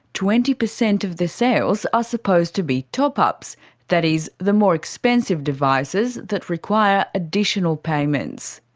twenty percent of the sales are supposed to be top-ups that is, the more expensive devices that require additional payments.